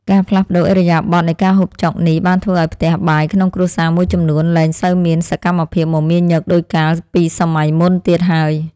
ការផ្លាស់ប្តូរឥរិយាបថនៃការហូបចុកនេះបានធ្វើឲ្យផ្ទះបាយក្នុងគ្រួសារមួយចំនួនលែងសូវមានសកម្មភាពមមាញឹកដូចកាល ពីសម័យមុនទៀតហើយ។